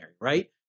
right